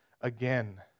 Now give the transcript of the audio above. again